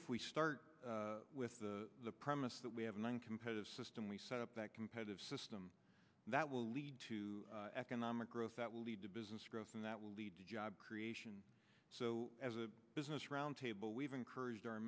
if we start with the premise that we have one competitive system we set up that competitive system that will lead to economic growth that will lead to business growth and that will lead to job creation so as a business roundtable we've encouraged our